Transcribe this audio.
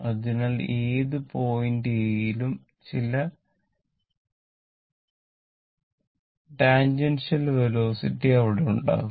അതിനാൽ ഏത് point A ലും ചില ടാജിന്റില് വെലോസിറ്റി അവിടെ ഉണ്ടാകും